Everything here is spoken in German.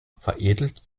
veredelt